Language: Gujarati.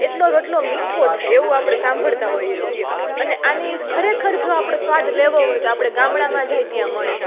એટલો રોટલો મીઠો થાય એવું આપણે સાંભળતા હોઈએ છીએ અને આની ખરેખર જો આપણે સ્વાદ લેવો હોય તો આપણે ગામડા જાય ત્યાં મળે